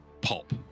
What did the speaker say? pop